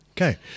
Okay